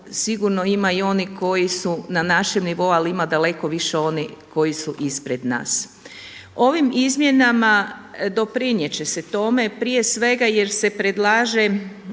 sigurno ima i onih koji su na našem nivou, ali ima daleko više onih koji su ispred nas. Ovim izmjenama doprinijet će se tome prije sveg jer se predlaže